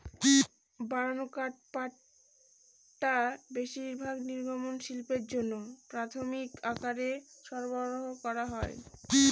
বানানো কাঠপাটা বেশিরভাগ নির্মাণ শিল্পের জন্য প্রামানিক আকারে সরবরাহ করা হয়